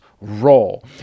role